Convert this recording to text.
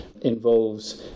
involves